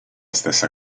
stessa